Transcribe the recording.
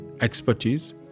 expertise